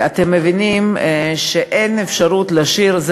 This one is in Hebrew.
אתם מבינים שאין אפשרות להשאיר.